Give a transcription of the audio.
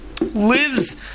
lives